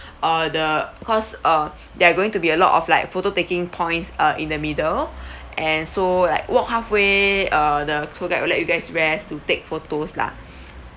uh the cause uh there are going to be a lot of like photo taking points uh in the middle and so like walk halfway uh the tour guide will let you guys rest to take photos lah